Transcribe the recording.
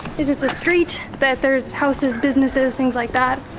is just a street that there's houses, businesses, things like that.